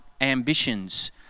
ambitions